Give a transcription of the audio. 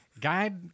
Guide